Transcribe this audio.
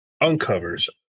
uncovers